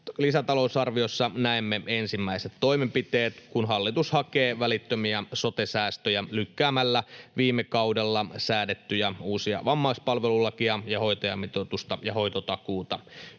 lisätalousarviossa näemme ensimmäiset toimenpiteet, kun hallitus hakee välittömiä sote-säästöjä lykkäämällä viime kaudella säädettyjä uusia vammaispalvelulakia ja hoitajamitoitusta ja hoitotakuuta